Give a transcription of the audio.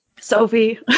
sophie